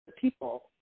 people